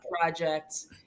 projects